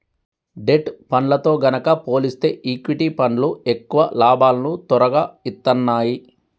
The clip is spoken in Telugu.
డెట్ ఫండ్లతో గనక పోలిస్తే ఈక్విటీ ఫండ్లు ఎక్కువ లాభాలను తొరగా ఇత్తన్నాయి